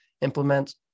implement